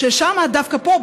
שדווקא פה,